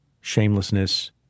shamelessness